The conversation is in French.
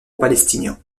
palestiniens